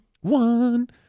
One